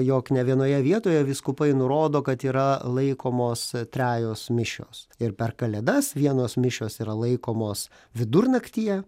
jog ne vienoje vietoje vyskupai nurodo kad yra laikomos trejos mišios ir per kalėdas vienos mišios yra laikomos vidurnaktyje